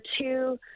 two